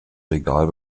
regal